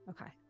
Okay